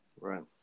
Right